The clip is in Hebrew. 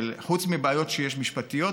חוץ מבעיות משפטיות,